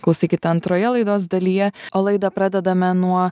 klausykit antroje laidos dalyje o laidą pradedame nuo